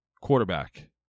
quarterback